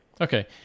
Okay